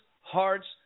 hearts